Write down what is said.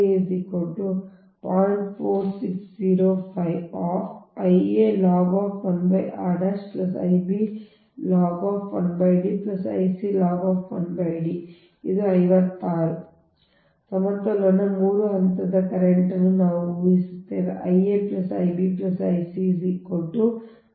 ಆದ್ದರಿಂದ ಇದು 56 ಆಗಿದೆ ಸಮತೋಲನ 3 ಹಂತದ ಕರೆಂಟ್ ನ್ನು ನಾವು ಊಹಿಸುತ್ತೇವೆ ಆದ್ದರಿಂದ I a I b I c 0